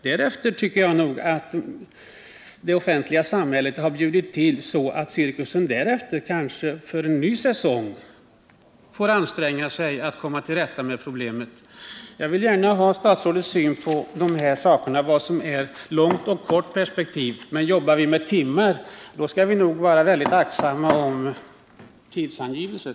Därigenom tycker jag att samhället har bjudit till så att cirkusen kanske därefter, inför en ny säsong, får anstränga sig för att komma till rätta med problemet. Jag vill gärna ha statsrådets syn på vad som är kort och långt perspektiv. Men jobbar vi med timmar skall vi nog vara väldigt aktsamma med tidsangivelser.